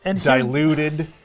diluted